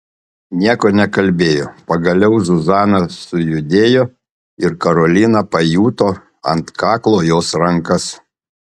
nieko nekalbėjo pagaliau zuzana sujudėjo ir karolina pajuto ant kaklo jos rankas